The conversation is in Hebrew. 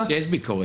כשיש ביקורת.